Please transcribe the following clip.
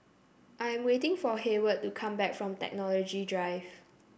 I'm waiting for Heyward to come back from Technology Drive